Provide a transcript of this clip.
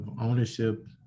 ownership